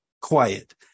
quiet